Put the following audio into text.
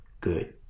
good